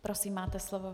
Prosím, máte slovo.